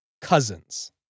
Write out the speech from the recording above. cousins